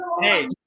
hey